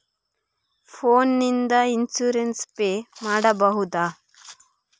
Phone ನಿಂದ insurance pay ಮಾಡಬಹುದ?